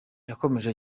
yakomeje